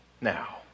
Now